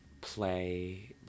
play